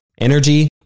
energy